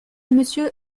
monsieur